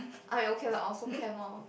I okay lah also can lor